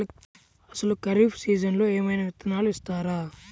అసలు ఖరీఫ్ సీజన్లో ఏమయినా విత్తనాలు ఇస్తారా?